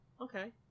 Okay